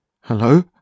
Hello